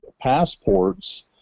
passports